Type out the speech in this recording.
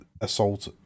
assault